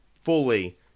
fully